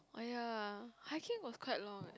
oh ya hiking was quite long eh